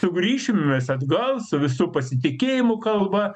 sugrįšim mes atgal su visu pasitikėjimu kalba